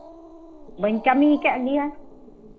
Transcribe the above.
ᱵᱟᱹᱧ ᱠᱟᱹᱢᱤ ᱟᱠᱟᱫ ᱜᱮᱭᱟ